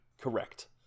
correct